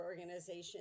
organization